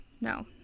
no